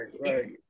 Right